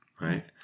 right